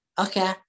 okay